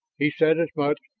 he said as much,